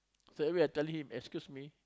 straight away I tell him excuse me